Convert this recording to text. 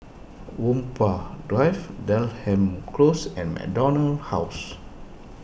Whampoa Drive Denham Close and MacDonald House